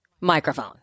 microphone